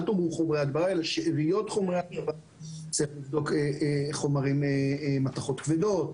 צריך לבדוק מתכות כבדות,